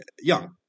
young